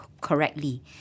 correctly